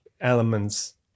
elements